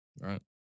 Right